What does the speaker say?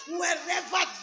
wherever